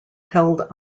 held